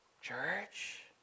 church